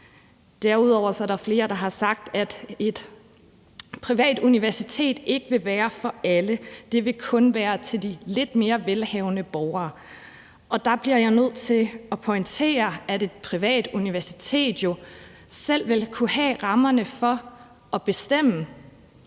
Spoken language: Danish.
Derudover er der også flere, der har sagt, at et privat universitet ikke ville være for alle; det ville kun være for de lidt mere velhavende borgere. Der bliver jeg nødt til at pointere, at et privat universitet jo selv ville kunne have rammerne for og bestemme,